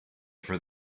for